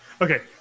Okay